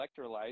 electrolytes